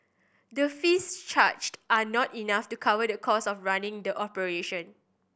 the fees charged are not enough to cover the costs of running the operation